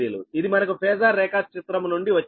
ఇది మనకు ఫేజార్ రేఖాచిత్రము నుండి వచ్చినది